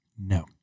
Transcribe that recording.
No